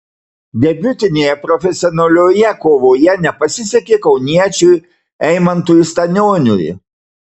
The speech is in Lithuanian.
debiutinėje profesionalioje kovoje nepasisekė kauniečiui eimantui stanioniui